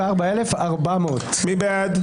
24,441 עד 24,460. מי בעד?